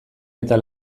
eta